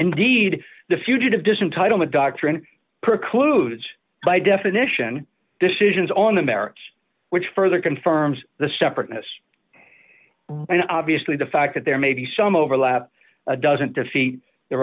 indeed the fugitive doesn't title the doctrine precludes by definition decisions on the merits which further confirms the separateness and obviously the fact that there may be some overlap doesn't defeat the